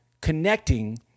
connecting